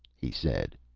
he said.